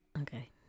Okay